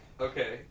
Okay